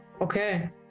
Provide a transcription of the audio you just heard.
Okay